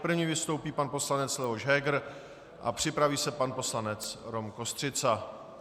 První vystoupí pan poslanec Leoš Heger a připraví se pan poslanec Rom Kostřica.